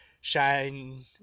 shine